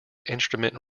instrument